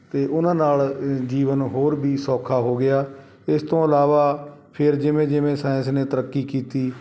ਅਤੇ ਉਹਨਾਂ ਨਾਲ ਅ ਜੀਵਨ ਹੋਰ ਵੀ ਸੌਖਾ ਹੋ ਗਿਆ ਇਸ ਤੋਂ ਇਲਾਵਾ ਫਿਰ ਜਿਵੇਂ ਜਿਵੇਂ ਸਾਇੰਸ ਨੇ ਤਰੱਕੀ ਕੀਤੀ